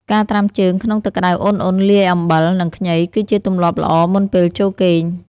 ការត្រាំជើងក្នុងទឹកក្តៅឧណ្ហៗលាយអំបិល និងខ្ញី គឺជាទម្លាប់ល្អមុនពេលចូលគេង។